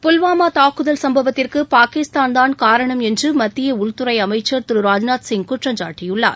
புல்வாமா தாக்குதல் சம்பவத்திற்கு பாகிஸ்தான்தான் காரணம் என்று மத்திய உள்துறை அமைச்சர் திரு ராஜ்நாத் சிங் குற்றம் சாட்டியுள்ளார்